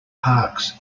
parks